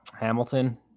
Hamilton